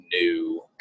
new